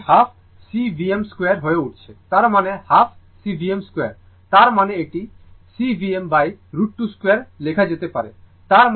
এটি half C Vm 2 হয়ে উঠছে তার মানে হাফ C Vm 2 তার মানে এটি C Vm√ 2 2 লেখা যেতে পারে